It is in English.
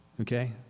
Okay